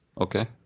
Okay